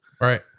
Right